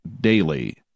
Daily